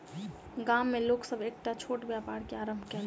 गाम में लोक सभ एकटा छोट व्यापार के आरम्भ कयलैन